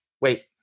Wait